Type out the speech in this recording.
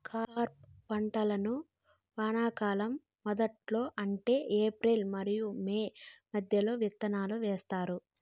ఖరీఫ్ పంటలను వానాకాలం మొదట్లో అంటే ఏప్రిల్ మరియు మే మధ్యలో విత్తనాలు వేస్తారు